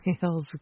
feels